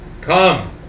Come